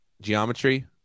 geometry